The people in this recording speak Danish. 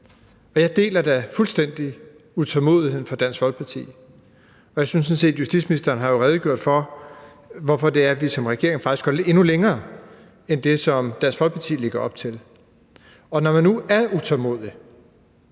Jeg deler da fuldstændig utålmodigheden fra Dansk Folkepartis side, og justitsministeren har jo sådan set redegjort for, hvorfor vi som regeringsparti faktisk går endnu længere end det, som Dansk Folkeparti lægger op til. Vi er utålmodige,